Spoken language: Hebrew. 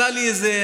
עשה לי איזה,